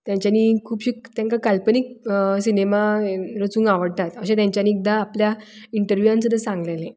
तांच्यानी खुबशीं तांकां काल्पनीक सिनेमा रचूंक आवडटा अशे तांच्यानी एकदां आपल्या इंटरव्यूआन सुद्दां सांगिल्लें